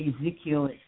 Ezekiel